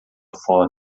foto